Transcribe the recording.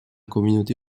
communauté